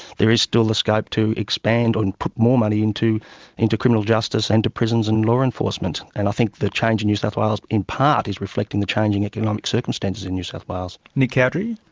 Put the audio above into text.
there is still the scope to expand and put more money into into criminal justice and to prisons and law enforcement, and i think the change in new south wales in part is reflecting the changing economic circumstances in new south wales. nick cowdery?